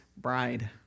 bride